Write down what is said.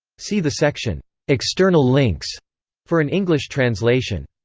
see the section external links for an english translation.